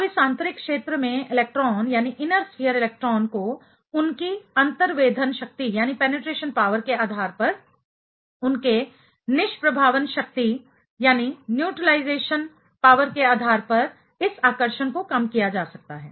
अब इस आंतरिक क्षेत्र में इलेक्ट्रॉन को उनकी अंतर्वेधन शक्ति पेनिट्रेशन पावर के आधार पर उनके निष्प्रभावन शक्ति न्यूट्रलाइजेशन पावर के आधार पर इस आकर्षण को कम किया जा सकता है